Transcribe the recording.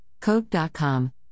code.com